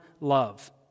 love